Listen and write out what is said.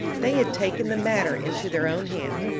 they had taken the matter into their own hands,